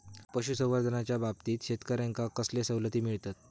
पशुसंवर्धनाच्याबाबतीत शेतकऱ्यांका कसले सवलती मिळतत?